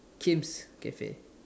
Kim's cafe